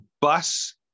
bus